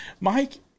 Mike